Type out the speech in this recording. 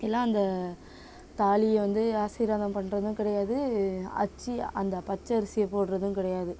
எல்லாம் அந்த தாலியை வந்து ஆசிர்வாதம் பண்ணுறதும் கிடையாது அச்சு அந்த பச்சரிசியை போடுறதும் கிடையாது